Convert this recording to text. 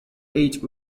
eight